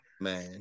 Man